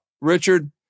Richard